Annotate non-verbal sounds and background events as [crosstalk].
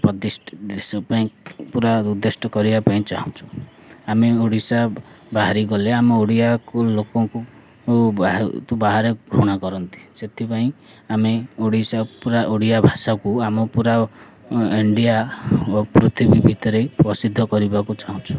[unintelligible] ପାଇଁ ପୁରା ଉଦ୍ଧିଷ୍ଟ କରିବା ପାଇଁ ଚାହୁଁଛୁ ଆମେ ଓଡ଼ିଶା ବାହାରି ଗଲେ ଆମ ଓଡ଼ିଆକୁ ଲୋକଙ୍କୁ ବାହାରେ ଘୃଣା କରନ୍ତି ସେଥିପାଇଁ ଆମେ ଓଡ଼ିଶା ପୁରା ଓଡ଼ିଆ ଭାଷାକୁ ଆମ ପୁରା ଇଣ୍ଡିଆ ପୃଥିବୀ ଭିତରେ ପ୍ରସିଦ୍ଧ କରିବାକୁ ଚାହୁଁଛୁ